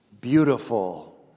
beautiful